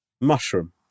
Mushroom